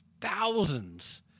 thousands